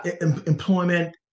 employment